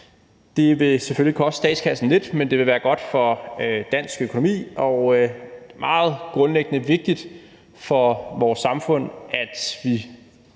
Det vil selvfølgelig koste statskassen lidt, men det vil være godt for dansk økonomi og meget grundlæggende vigtigt for vores samfund, at vi